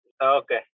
okay